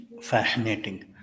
Fascinating